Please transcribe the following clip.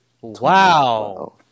Wow